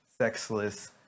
sexless